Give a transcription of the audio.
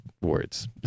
words